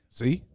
see